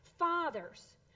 Fathers